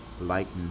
Lighten